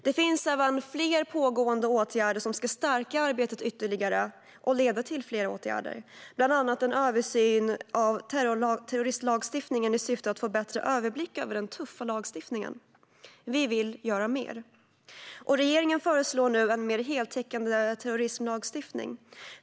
Det finns även fler pågående åtgärder som ska stärka arbetet ytterligare och leda till fler åtgärder, bland annat en översyn av terrorismlagstiftningen i syfte att få bättre överblick över den tuffa lagstiftningen. Vi vill göra mer, och regeringen föreslår nu en mer heltäckande terrorismlagstiftning.